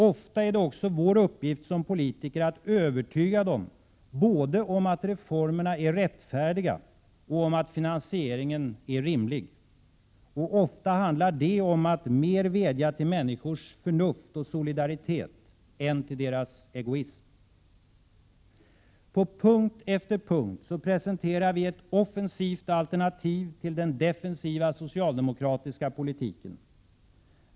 Ofta är det också vår uppgift som politiker att övertyga dem både om att reformerna är rättfärdiga och om att finansieringen är rimlig. Och ofta handlar det om att mer vädja till människors förnuft och solidaritet än till deras egoism. På punkt efter punkt presenterar vi ett offensivt alternativ till den defensiva socialdemokratiska politiken.